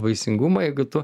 vaisingumo jeigu tu